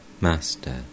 Master